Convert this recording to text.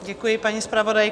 Děkuji, paní zpravodajko.